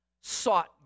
sought